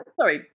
Sorry